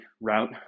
route